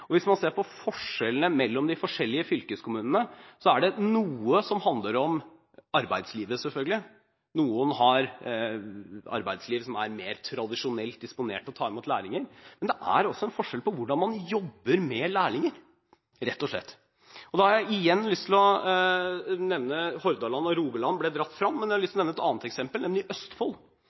Hvis man ser på forskjellene mellom de forskjellige fylkeskommunene, er det noe som handler om arbeidslivet, selvfølgelig – noen har et arbeidsliv som tradisjonelt er mer disponert til å ta imot lærlinger – men det er også forskjell på hvordan man jobber med lærlinger, rett og slett. Hordaland og Rogaland ble dratt frem, men jeg har lyst til å nevne et annet eksempel, nemlig Østfold. Østfold fylke så at de var i ferd med å sakke akterut. Østfold